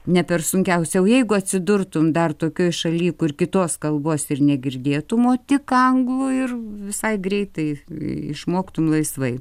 ne per sunkiausia o jeigu atsidurtum dar tokioj šaly kur kitos kalbos ir negirdėtum o tik anglų ir visai greitai išmoktum laisvai